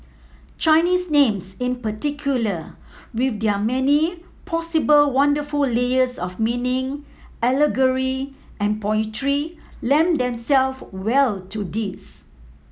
Chinese names in particular with their many possible wonderful layers of meaning allegory and poetry lend them self well to this